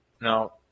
Now